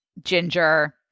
ginger